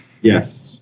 yes